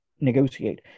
negotiate